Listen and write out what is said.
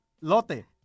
Lote